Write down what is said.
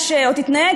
או תתנהג,